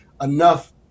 enough